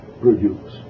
produce